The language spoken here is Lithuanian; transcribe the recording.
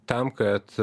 tam kad